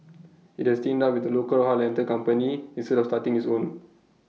IT has teamed up with A local A car rental company instead of starting its own